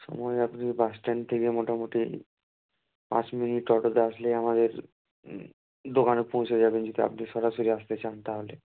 সময় আপনি bus stand থেকে মোটামুটি পাঁচ মিনিট অটোতে আসলে আমাদের দোকানে পৌঁছে যাবেন যদি আপনি সরাসরি আসতে চান তাহলে